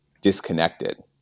disconnected